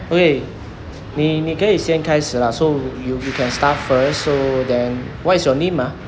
okay 你你可以先开始 lah so you you can start first so then what is your name ah